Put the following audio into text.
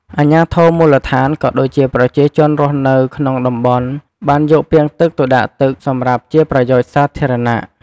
អាជ្ញាធរមូលដ្ឋាន ក៏ដូចជាប្រជាជនរស់នៅក្នុងតំបន់បានយកពាងទឹកទៅដាក់ទឹកសម្រាប់ជាប្រយោជន៍សាធារណៈ។